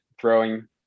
throwing